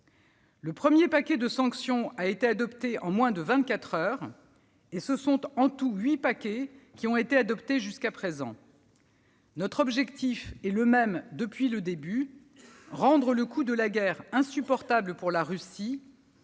Le premier paquet de sanctions a été adopté en moins de vingt-quatre heures. En tout, huit paquets ont été adoptés jusqu'à présent. Notre objectif est le même depuis le début : rendre le coût de la guerre insupportable pour la Russie